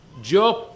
Job